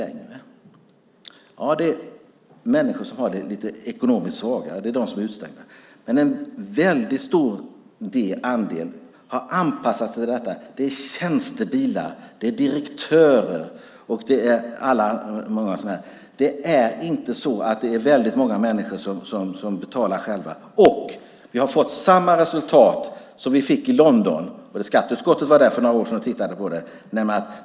Ja, det är människor som ekonomiskt är lite svagare - dessa är liksom utestängda. Men en väldigt stor andel har anpassat sig. Det är fråga om tjänstebilar och om direktörer och många sådana. Det är inte väldigt många människor som själva betalar. Dessutom har vi fått samma resultat som man fick i London. För några år sedan var skatteutskottet där och tittade.